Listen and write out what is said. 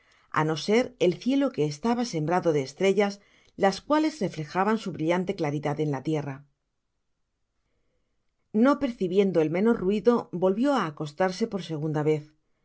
á no ser el cielo que estaba sembrado de estrellas las cuales reflejaban su brillante claridad en la tierra no percibiendo el menor ruido volvió á acostarse por segunda vez